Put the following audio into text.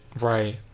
Right